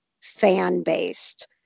fan-based